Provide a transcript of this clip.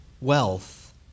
wealth